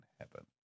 heaven